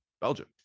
Belgium